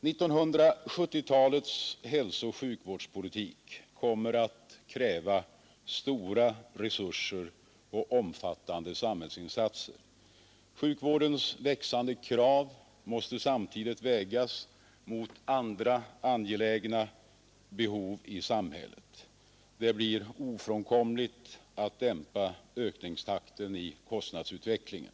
1970-talets hälsooch sjukvårdspolitik kommer att kräva stora resurser och omfattande samhällsinsatser. Sjukvårdens växande krav måste samtidigt vägas mot andra angelägna behov i samhället. Det blir ofrånkomligt att dämpa ökningstakten i kostnadsutvecklingen.